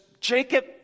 Jacob